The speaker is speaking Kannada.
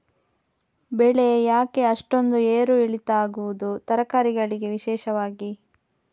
ಬೆಳೆ ಯಾಕೆ ಅಷ್ಟೊಂದು ಏರು ಇಳಿತ ಆಗುವುದು, ತರಕಾರಿ ಗಳಿಗೆ ವಿಶೇಷವಾಗಿ?